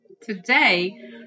Today